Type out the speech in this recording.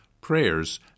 prayers